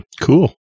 Cool